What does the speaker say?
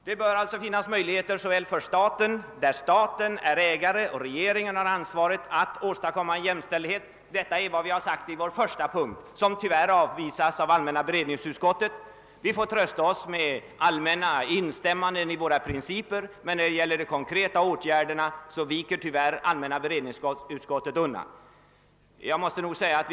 Det bör alltså finnas möjligheter för staten att åstadkomma jämställdhet i de företag där staten är ägaren och regeringen har ansvaret. Detta är vad vi har sagt i vår första punkt, som tyvärr 'avstyrks av allmänna beredningsutskottet. Vi får trösta oss med allmänna instämmanden i våra principer. När det gäller konkreta åtgärder viker allmänna beredningsutskottet tyvärr undan.